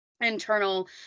internal